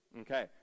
Okay